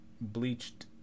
bleached